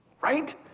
Right